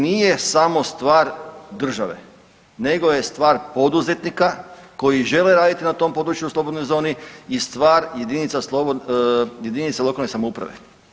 Nije samo stvar države, nego je stvar poduzetnika koji žele raditi na tom području u slobodnoj zoni i stvar jedinica lokalne samouprave.